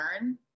learn